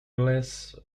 glass